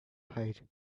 hide